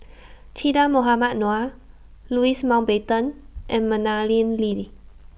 Che Dah Mohamed Noor Louis Mountbatten and Madeleine Lee